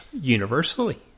universally